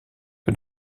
que